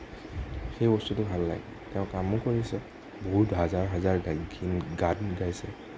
সেই বস্তুটো ভাল লাগে তেওঁ কামো কৰিছে বহুত হাজাৰ হাজাৰ গান গাইছে